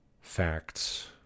facts